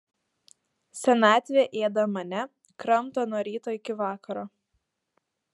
senatvė ėda mane kramto nuo ryto iki vakaro